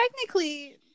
technically